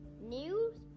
News